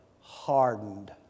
hardened